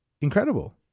incredible